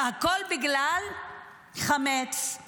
והכול בגלל חמץ.